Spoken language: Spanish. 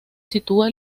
sitúa